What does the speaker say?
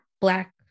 black